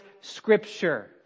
scripture